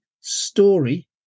story